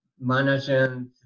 Management